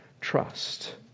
trust